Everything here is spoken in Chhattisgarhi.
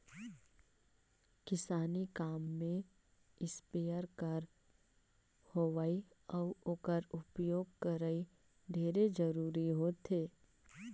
किसानी काम में इस्पेयर कर होवई अउ ओकर उपियोग करई ढेरे जरूरी होथे